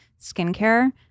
skincare